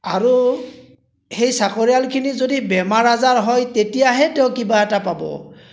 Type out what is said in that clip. আৰু সেই চাকৰীয়ালখিনিৰ যদি বেমাৰ আজাৰ হয় তেতিয়াহে তেওঁ কিবা এটা পাব